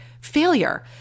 Failure